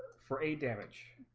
for a damaged